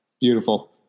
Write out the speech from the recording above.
Beautiful